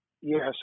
Yes